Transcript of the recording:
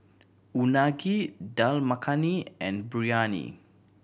Unagi Dal Makhani and Biryani